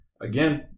again